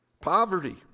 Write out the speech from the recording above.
Poverty